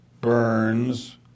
Burns